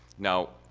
now,